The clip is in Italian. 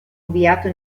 inviato